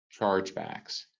chargebacks